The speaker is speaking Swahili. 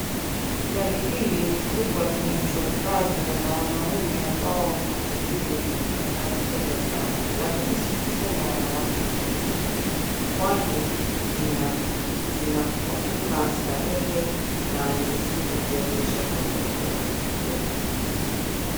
Gari hili ni kubwa linaitwa prado na wanaume ambao ni matajiri wanazipenda sana, lakini si kusema wanawake hawazipendi kwani zinakupa starehe na ni nzuri kuendesha kwa barabara ndogo.